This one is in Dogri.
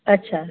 अच्छा